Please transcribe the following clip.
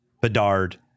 Bedard